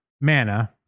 mana